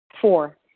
Four